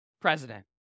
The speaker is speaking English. president